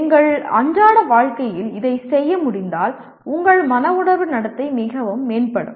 எங்கள் அன்றாட வாழ்க்கையில் இதைச் செய்ய முடிந்தால் உங்கள் மன உணர்வு நடத்தை மிகவும் மேம்படும்